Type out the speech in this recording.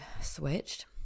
switched